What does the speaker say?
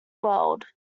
world